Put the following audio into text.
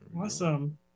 Awesome